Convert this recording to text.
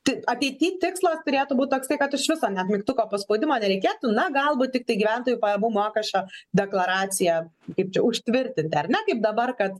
taip ateity tikslas turėtų būt toksai kad iš viso net mygtuko paspaudimo nereikėtų na galbūt tiktai gyventojų pajamų mokesčio deklaraciją kaip čia užtvirtinti ar ne kaip dabar kad